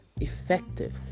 effective